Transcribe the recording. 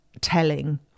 telling